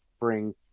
bring